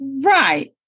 Right